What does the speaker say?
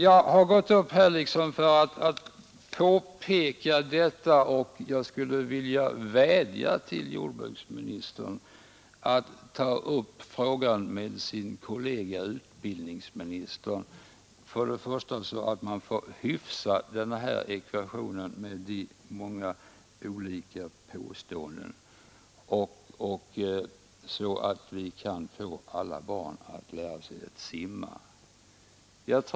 Jag har gått upp i debatten för att påpeka detta, och jag skulle vilja vädja till jordbruksministern att han tar upp frågan med sin kollega utbildningsministern så att vi för det första får hyfsa ekvationen med de många olika påståendena och för det andra kan få alla barn att lära sig simma.